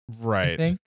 Right